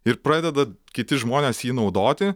ir pradeda kiti žmonės jį naudoti